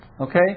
Okay